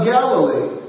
Galilee